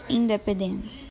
independence